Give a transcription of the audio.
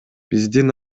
биздин